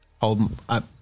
hold